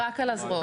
רק על הזרועות,